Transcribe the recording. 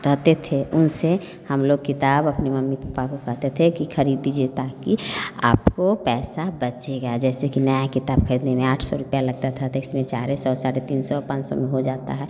रहते थे उनसे हम लोग किताब अपनी मम्मी पापा को कहते थे कि ख़रीद दीजिए ताकी आपको पैसा बचेगा जैसे कि नया किताब ख़रीदने में आठ सौ रुपये लगता था तो इसमें चार सौ साढ़े तीन सौ पाँच सौ में हो जाता है